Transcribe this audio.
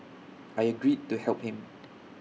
I agreed to help him